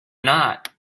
not